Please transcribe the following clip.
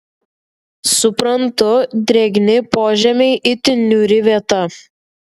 suprantu drėgni požemiai itin niūri vieta